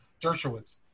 Dershowitz